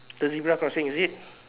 the zebra crossing is it